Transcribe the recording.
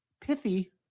pithy